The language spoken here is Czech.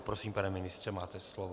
Prosím, pane ministře, máte slovo.